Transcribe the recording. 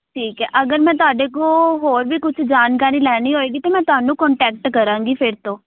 ਠੀਕ ਹੈ ਅਗਰ ਮੈਂ ਤੁਹਾਡੇ ਕੋਲ ਹੋਰ ਵੀ ਕੁਛ ਜਾਣਕਾਰੀ ਲੈਣੀ ਹੋਵੇਗੀ ਤਾਂ ਮੈਂ ਤੁਹਾਨੂੰ ਕੋਂਟੈਕਟ ਕਰਾਂਗੀ ਫਿਰ ਤੋਂ